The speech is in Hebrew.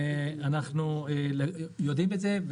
אנחנו יודעים את זה.